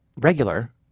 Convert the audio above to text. regular